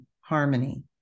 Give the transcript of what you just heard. harmony